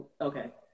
okay